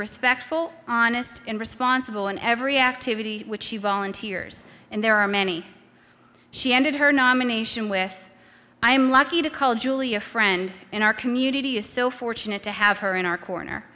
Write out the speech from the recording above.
respectful honest and responsible in every activity which she volunteers and there are many she ended her nomination with i am lucky to call julie a friend in our community is so fortunate to have her in our corner